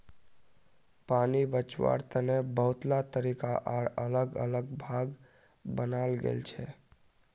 पानी बचवार तने बहुतला तरीका आर अलग अलग भाग बनाल गेल छे